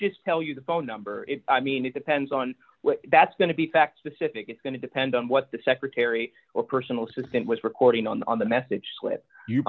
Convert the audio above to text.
just tell you the phone number i mean it depends on where that's going to be fact specific it's going to depend on what the secretary or personal assistant was reporting on the message quit you